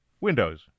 Windows